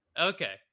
Okay